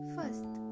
First